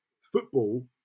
football